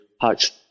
Hutch